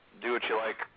do-what-you-like